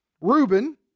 Reuben